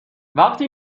وقتی